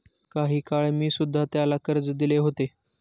काही काळ मी सुध्धा त्याला कर्ज दिले होते